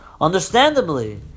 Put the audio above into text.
Understandably